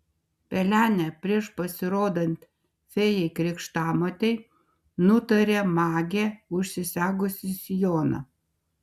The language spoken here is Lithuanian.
pelenė prieš pasirodant fėjai krikštamotei nutarė magė užsisegusi sijoną